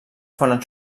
foren